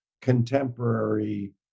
contemporary